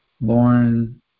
born